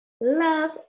love